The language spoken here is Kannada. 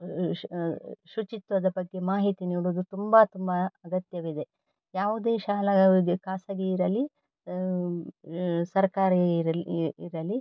ಶ ಶುಚಿತ್ವದ ಬಗ್ಗೆ ಮಾಹಿತಿ ನೀಡುವುದು ತುಂಬ ತುಂಬ ಅಗತ್ಯವಿದೆ ಯಾವುದೇ ಶಾಲೆ ಖಾಸಗಿ ಇರಲಿ ಸರ್ಕಾರಿ ಇರಲಿ ಇರಲಿ